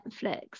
Netflix